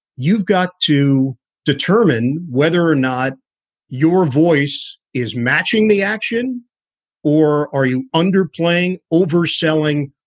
you've got to determine whether or not your voice is matching the action or are you underplaying, overselling?